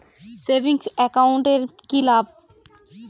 Savings account এর কি লাভ?